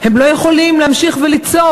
הם לא יכולים להמשיך וליצור.